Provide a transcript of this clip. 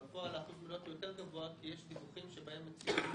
בפועל אחוז המניות הוא יותר גבוה כי יש דיווחים שבהם מציגים